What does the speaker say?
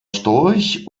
storch